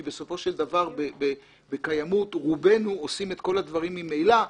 כי בסופו של דבר בקיימות רובנו עושים את כל הדברים ממילא,